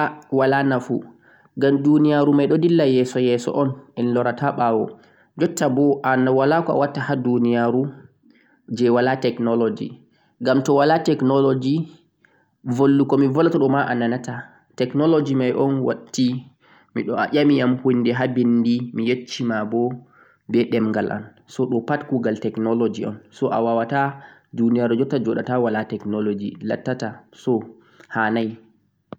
Ah ah wala nafu ngam duniyarumai ɗon dilla yeso-yeso'on enlorata ɓawo juttabo walako a watta ha duniyaru je wala technology ngam to wala technology volwugo je mi wattaɗo ma ananata. Duniyaru yata yeso to wala technology